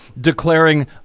Declaring